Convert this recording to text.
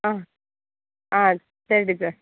ஆ ஆ சரி டீச்சர்